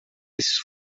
esses